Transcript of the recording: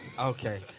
Okay